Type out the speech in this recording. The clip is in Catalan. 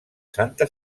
santa